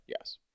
Yes